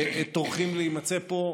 שטורחים להימצא פה,